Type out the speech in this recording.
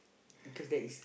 because that is